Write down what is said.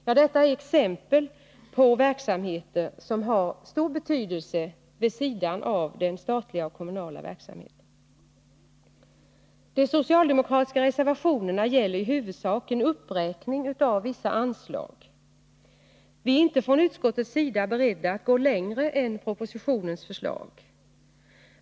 Allt detta är exempel på verksamheter som har stor betydelse vid sidan av den statliga och kommunala verksamheten. De socialdemokratiska reservationerna gäller i huvudsak en uppräkning av vissa anslag. Vi är inte från utskottets sida beredda att gå längre än propositionens förslag.